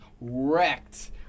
wrecked